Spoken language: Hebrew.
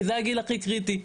כי זה הגיל הכי קריטי.